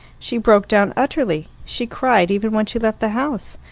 she broke down utterly. she cried even when she left the house.